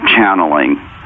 channeling